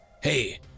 Hey